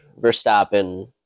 Verstappen